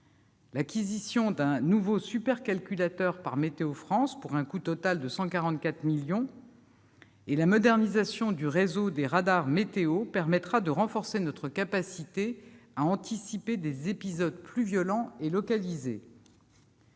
L'acquisition d'un nouveau supercalculateur par Météo France, pour un coût total de 144 millions d'euros, et la modernisation du réseau des radars météo permettront de renforcer notre capacité à anticiper des épisodes plus violents et localisés.